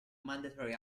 mandatory